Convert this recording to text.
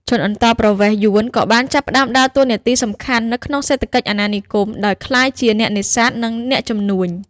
ជនអន្តោប្រវេសន៍យួនក៏បានចាប់ផ្តើមដើរតួសំខាន់នៅក្នុងសេដ្ឋកិច្ចអាណានិគម ដោយក្លាយជាអ្នកនេសាទ និងអ្នកជំនួញ ។